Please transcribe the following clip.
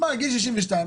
גיל 62,